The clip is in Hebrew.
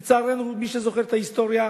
לצערנו, מי שזוכר את ההיסטוריה,